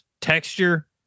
Texture